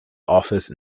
office